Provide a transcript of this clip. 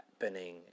happening